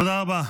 תודה רבה.